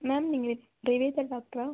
ma'am நீங்கள் டாக்டரா